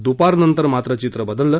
दुपारनंतर मात्र चित्र बदललं